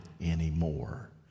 anymore